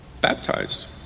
baptized